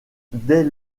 dès